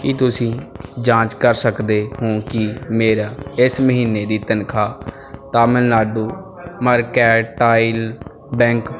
ਕੀ ਤੁਸੀਂਂ ਜਾਂਚ ਕਰ ਸਕਦੇ ਹੋ ਕਿ ਮੇਰਾ ਇਸ ਮਹੀਨੇ ਦੀ ਤਨਖਾਹ ਤਾਮਿਲਨਾਡੂ ਮਰਕੈਂਟਾਈਲ ਬੈਂਕ